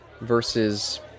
versus